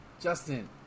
Justin